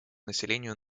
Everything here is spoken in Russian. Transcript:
населению